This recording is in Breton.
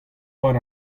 war